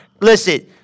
Listen